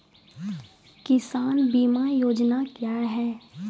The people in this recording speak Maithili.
किसान बीमा योजना क्या हैं?